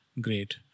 Great